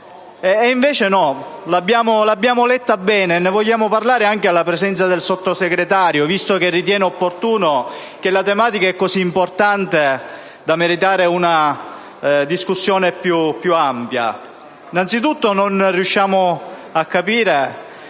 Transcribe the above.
bene il testo della mozione e ne vogliamo parlare anche alla presenza del Sottosegretario, visto che ritiene la tematica così importante da meritare una discussione più ampia. Innanzitutto, non riusciamo a capire